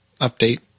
update